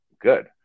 Good